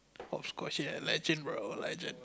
hopscotch ya legend bro legend